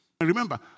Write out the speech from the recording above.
Remember